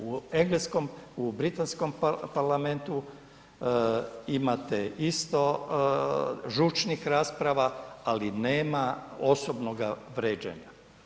U Engleskom, Britanskom parlamentu imate isto žučnih rasprava, ali nema osobnoga vrijeđanja.